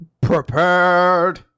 Prepared